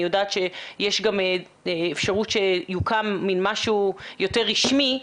יודעת שיש גם אפשרות שיוקם משהו יותר רשמי,